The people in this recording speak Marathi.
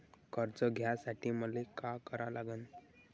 कर्ज घ्यासाठी मले का करा लागन?